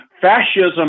fascism